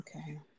okay